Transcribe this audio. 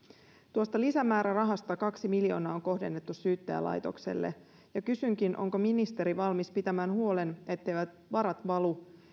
tuosta lisämäärärahasta kaksi miljoonaa on kohdennettu syyttäjälaitokselle ja kysynkin onko ministeri valmis pitämään huolen etteivät varat valu